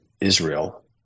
Israel